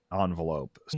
envelope